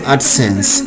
AdSense